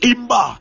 Imba